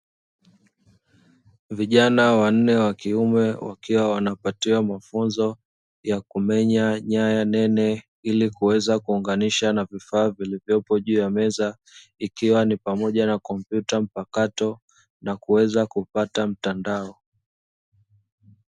Vijana wanne wa kiume wakiwa wanapatiwa mafunzo, ya kumenya nyaya nene ili kuweza kuunganisha na vifaa vilivyopo juu ya meza, ikiwemo na kompyuta mpakato, ili kuweza kupata mtandao.